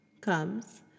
comes